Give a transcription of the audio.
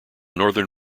northern